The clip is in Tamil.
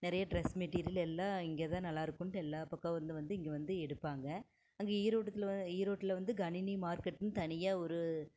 நிறைய ட்ரெஸ் மெட்டீரியல் எல்லாம் இங்கே தான் நல்லா இருக்குதுன்ட்டு எல்லா பக்கம் வந்து வந்து இங்கே வந்து எடுப்பாங்க அங்கே ஈரோடுல வ ஈரோட்டில் வந்து கணினி மார்க்கெட்டுன்னு தனியாக ஒரு